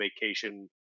vacation